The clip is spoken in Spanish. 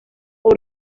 por